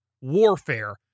warfare